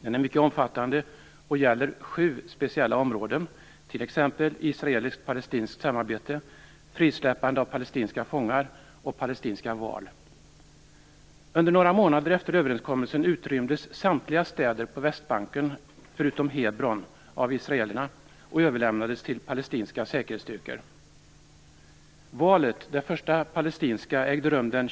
Den är mycket omfattande och gäller sju speciella områden, t.ex. israeliskt-palestinskt samarbete, frisläppande av palestinska fångar och palestinska val. Under några månader efter överenskommelsen utrymdes samtliga städer på Västbanken, förutom Hebron, av israelerna och överlämnades till palestinska säkerhetsstyrkor.